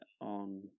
on